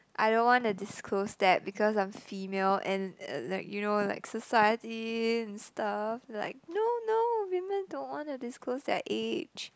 I don't want to disclose that because I'm female and like you know like society and stuff like no no women don't wanna disclose their age